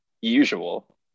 usual